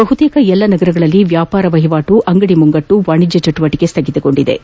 ಬಹುತೇಕ ಎಲ್ಲ ನಗರಗಳಲ್ಲಿ ವ್ಯಾಪಾರ ವಹಿವಾಟು ಅಂಗಡಿ ಮುಂಗಟ್ಟುಗಳು ವಾಣಿಜ್ಯ ಚಟುವಟಿಕೆ ಸ್ವಗಿತಗೊಂಡಿವೆ